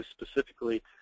specifically